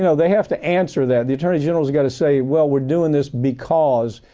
you know they have to answer that. the attorney general's got to say, well, we're doing this because.